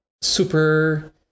super